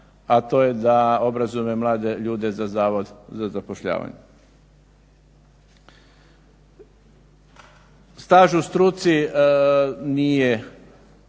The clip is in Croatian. a to je da obrazujemo ove mlade ljude za Zavod za zapošljavanje. Staž u struci nije